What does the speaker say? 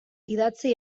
idatzi